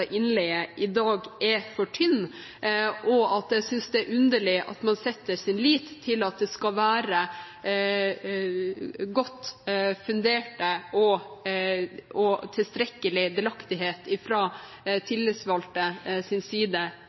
innleie i dag er for tynn. Jeg syns det er underlig at man setter sin lit til at det skal være godt fundert og tilstrekkelig delaktighet fra tillitsvalgtes side